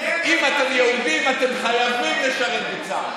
אם אתם יהודים, אתם חייבים לשרת בצה"ל.